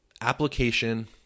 application